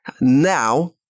now